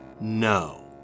No